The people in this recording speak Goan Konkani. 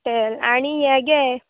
तेल आनी हे गे